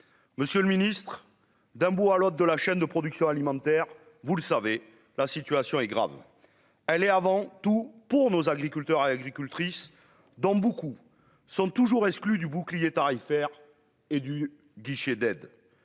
monsieur le Ministre, d'un bout à l'autre de la chaîne de production alimentaire, vous le savez, la situation est grave, elle est avant tout pour nos agriculteurs agricultrices, dont beaucoup sont toujours exclus du bouclier tarifaire et du guichet d'aide